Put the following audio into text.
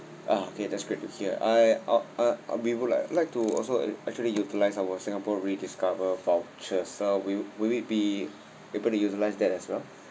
ah okay that's great to hear I uh oh uh we would like like to also actually utilise our singapore rediscover voucher so we will we be able to utilise that as well